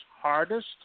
hardest